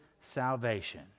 salvation